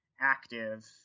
active